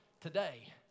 today